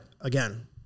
again